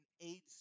AIDS